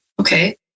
Okay